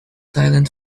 silent